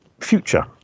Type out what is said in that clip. future